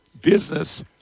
business